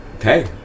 Hey